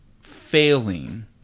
failing